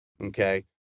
Okay